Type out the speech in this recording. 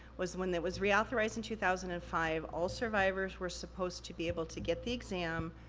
was when it was reauthorized in two thousand and five, all survivors were supposed to be able to get the exam,